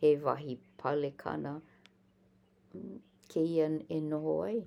He wahi pale kana kēia e noho ai.